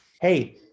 hey